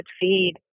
feed